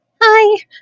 Hi